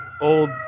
old